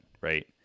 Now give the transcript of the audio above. Right